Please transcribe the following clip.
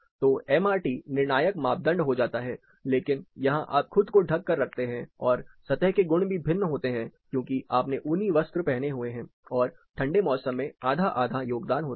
तो एमआरटी निर्णायक मापदंड हो जाता है लेकिन यहां आप खुद को ढक कर रखते हैं और सतह के गुण भी भिन्न होते हैं क्योंकि आपने ऊनी वस्त्र पहने हुए हैं और ठंडे मौसम में आधा आधा योगदान होता है